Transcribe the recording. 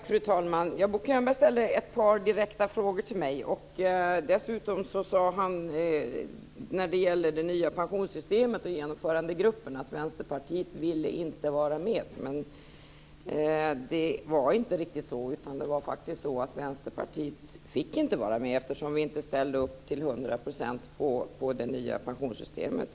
Fru talman! Bo Könberg ställde ett par direkta frågor till mig. Dessutom sade han när det gäller det nya pensionssystemet och Genomförandegruppen att Vänsterpartiet inte ville vara med, men det var inte riktigt så, utan Vänsterpartiet fick faktiskt inte vara vara med eftersom vi inte till hundra procent ställde oss bakom det nya pensionssystemet.